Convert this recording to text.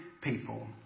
people